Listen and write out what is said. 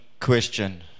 question